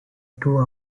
two